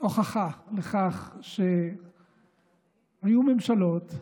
הוכחה לכך שהיו ממשלות,